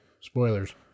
Spoilers